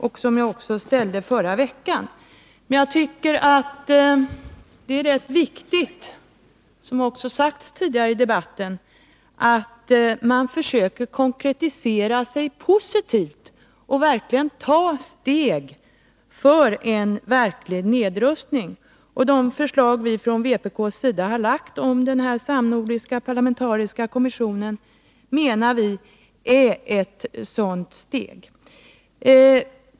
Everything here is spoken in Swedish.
Dem ställde jag också förra veckan. Jag tycker att det är viktigt — det har också sagts tidigare i debatten — att man försöker konkretisera sig positivt och verkligen ta steg för en nedrustning. Det förslag vi från vpk:s sida framlagt om en samnordisk parlamentarisk kommission är, menar vi, ett sådant steg.